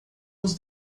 nos